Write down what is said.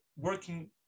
working